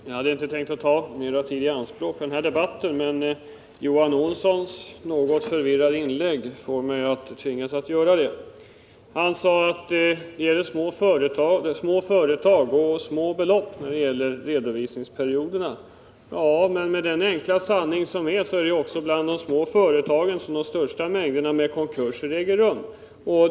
Herr talman! Jag hade inte tänkt ta mer tid i anspråk i denna debatt, men Johan Olssons något förvirrade inlägg tvingar mig att göra det. Johan Olsson sade att det är fråga om små företag och små belopp när det gäller redovisningperioderna. Men den enkla sanningen är att det är bland de små företagen som det största antalet konkurser äger rum.